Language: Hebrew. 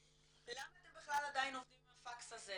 למה אתם בכלל עדיין עובדים עם הפקס הזה,